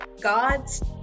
God's